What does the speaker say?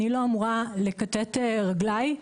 אני לא אמורה לכתת רגליי,